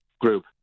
group